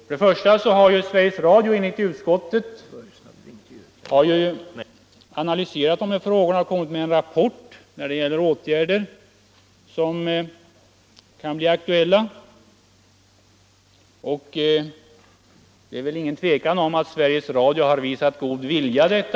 Först och främst har Onsdagen den Sveriges Radio enligt utskottet analyserat dessa frågor och lagt fram en 3'december: 1975 rapport rörande åtgärder som kan bli aktuella, och det råder väl inget I tvivel om att man på Sveriges Radio har visat god vilja i år.